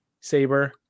saber